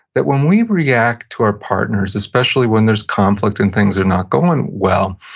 that when we react to our partners, especially when there's conflict and things are not going well,